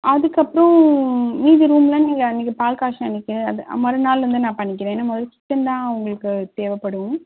அதுக்கப்புறம் மீதி ரூமெலாம் நீங்கள் அன்றைக்கு பால் காய்ச்சுன அன்றைக்கு அது மறுநாள் வந்து நான் பண்ணிக்கிறேன் ஏனால் முதல்ல கிச்சன் தான் உங்களுக்கு தேவைப்படும்